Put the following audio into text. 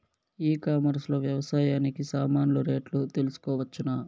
ఈ కామర్స్ లో వ్యవసాయానికి సామాన్లు రేట్లు తెలుసుకోవచ్చునా?